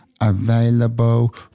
available